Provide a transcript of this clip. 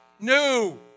New